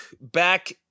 back